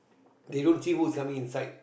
they don't see whose coming inside